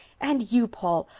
and you, paul.